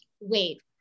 Wait